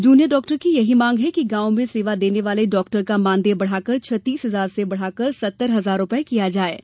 junior की यह भी मांग है कि गांव में सेवा देने वाले डाक्टर का मानदेय बढ़ाकर छत्तीस हजार से बढ़ाकर सत्तर हजार किया जायेगा